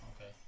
Okay